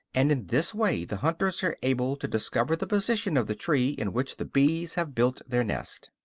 and in this way the hunters are able to discover the position of the tree in which the bees have built their nest.